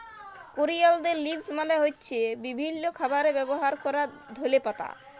করিয়ালদের লিভস মালে হ্য়চ্ছে বিভিল্য খাবারে ব্যবহার ক্যরা ধলে পাতা